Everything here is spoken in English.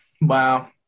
Wow